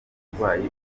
umurwayi